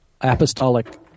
apostolic